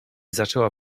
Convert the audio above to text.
zaczęła